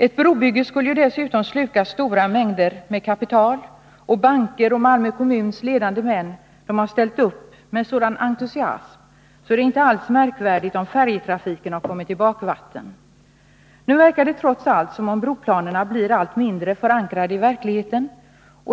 Ett brobygge skulle dessutom sluka väldigt mycket kapital, och banker och Malmö kommuns ledande män har ställt upp med sådan entusiasm, att det inte alls är märkvärdigt om färjetrafiken har kommit i bakvatten. Nu verkar det trots allt som om broplanerna blir allt mindre förankrade i verkligheten.